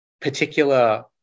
particular